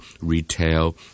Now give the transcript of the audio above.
retail